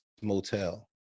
Motel